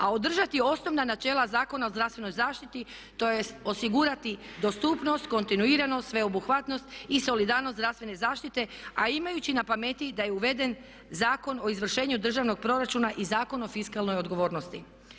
A održati osnovna načela Zakona o zdravstvenoj zaštiti tj. osigurati dostupnost, kontinuiranost, sveobuhvatnost i solidarnost zdravstvene zaštite a imajući na pameti da je uveden Zakon o izvršenju državnog proračuna i Zakon o fiskalnoj odgovornosti.